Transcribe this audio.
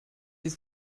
ist